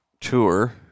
tour